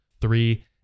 three